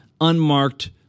unmarked